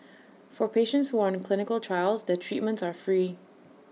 for patients who are on clinical trials their treatments are free